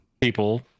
People